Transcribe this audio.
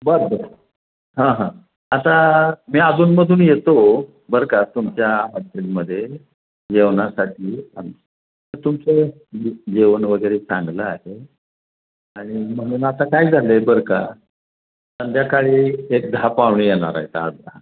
बरं बरं हां हां आता मी अधूनमधून येतो बरं का तुमच्या हॉटेलमध्ये जेवणासाठी तुमचं जेवण वगैरे चांगलं आहे आणि म्हणून आता काय झालं आहे बरं का संध्याकाळी एक दहा पाहुणे येणार आहेत आठ दहा